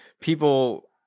people